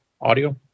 audio